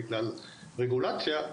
בגלל רגולציה,